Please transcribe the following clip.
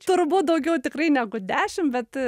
turbūt daugiau tikrai negu dešim bet